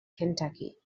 kentucky